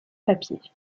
papier